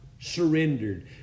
surrendered